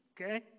okay